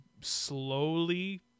slowly